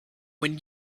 when